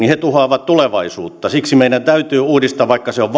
tuhoavat tulevaisuutta siksi meidän täytyy uudistaa vaikka se on